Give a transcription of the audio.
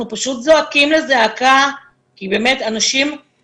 שיכולים להיות כלי עבודה מצוין עבור מקבלי